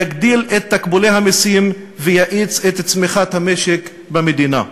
יגדיל את תקבולי המסים ויאיץ את צמיחת המשק במדינה.